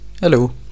hello